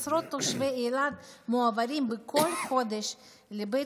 עשרות תושבי אילת מועברים בכל חודש לבית